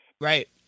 Right